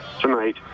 tonight